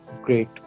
Great